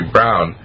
Brown